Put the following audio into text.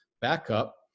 backup